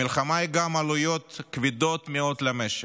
המלחמה היא גם עלויות כבדות מאוד למשק.